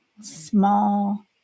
small